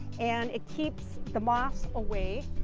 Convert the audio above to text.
and it keeps the moths away,